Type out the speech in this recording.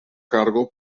cargo